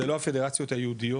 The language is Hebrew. זה לא הפדרציות היהודיות,